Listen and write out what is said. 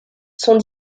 sont